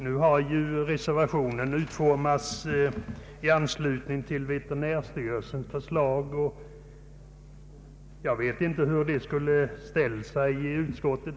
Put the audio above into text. Nu har reservationen utformats i anslutning till veterinärstyrelsens förslag, och jag vet inte hur utskottet skulle ha ställt sig till detta.